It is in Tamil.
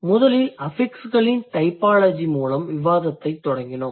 முதலில் அஃபிக்ஸ்களின் டைபாலஜி மூலம் விவாதத்தைத் தொடங்கினோம்